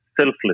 selfless